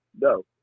No